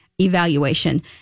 evaluation